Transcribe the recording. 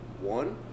one